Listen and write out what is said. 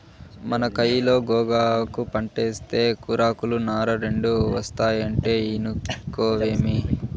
మన కయిలో గోగాకు పంటేస్తే కూరాకులు, నార రెండూ ఒస్తాయంటే ఇనుకోవేమి